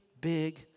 big